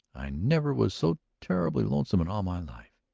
i never was so terribly lonesome in all my life.